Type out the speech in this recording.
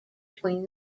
between